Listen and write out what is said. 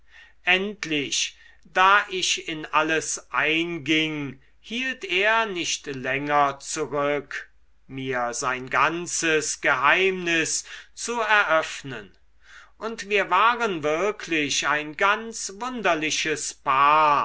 endlich da ich in alles einging hielt er nicht länger zurück mir sein ganzes geheimnis zu eröffnen und wir waren wirklich ein ganz wunderliches paar